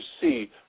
see